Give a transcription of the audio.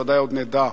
ובוודאי עוד נדע.